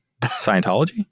scientology